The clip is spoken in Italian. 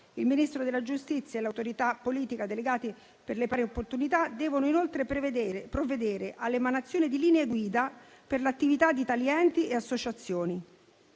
Il Ministro della giustizia e l'autorità politica delegata per le pari opportunità devono inoltre provvedere all'emanazione di linee guida per l'attività di tali enti e associazioni.